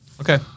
Okay